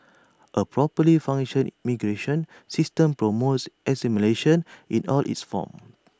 A properly function immigration system promos assimilation in all its forms